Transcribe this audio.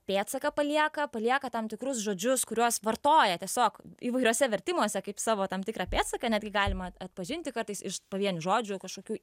pėdsaką palieka palieka tam tikrus žodžius kuriuos vartoja tiesiog įvairiuose vertimuose kaip savo tam tikrą pėdsaką netgi galima atpažinti kartais iš pavienių žodžių kažkokių